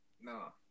No